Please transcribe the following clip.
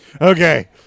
Okay